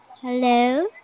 Hello